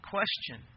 Question